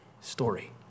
story